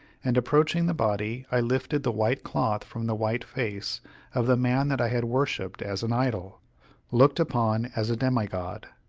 and, approaching the body, i lifted the white cloth from the white face of the man that i had worshipped as an idol looked upon as a demi-god.